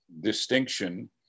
distinction